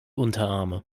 unterarme